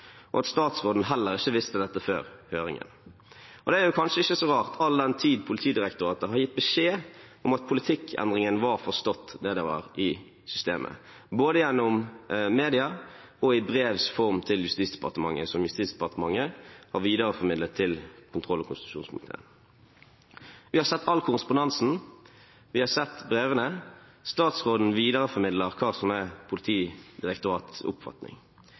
og at statsråden heller ikke visste dette før høringen. Det er kanskje ikke så rart, all den tid Politidirektoratet har gitt beskjed om at politikkendringen var forstått nedover i systemet, både gjennom media og i brevs form til Justis- og beredskapsdepartementet, som Justis- og beredskapsdepartementet har videreformidlet til kontroll- og konstitusjonskomiteen. Vi har sett all korrespondansen, vi har sett brevene, statsråden videreformidlet hva som er Politidirektoratets oppfatning. At vi i dag vet at de hadde gal oppfatning